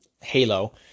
Halo